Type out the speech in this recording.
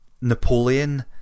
Napoleon